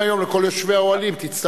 קודם כול צריכים לדעת כל ה-30 שחתמו,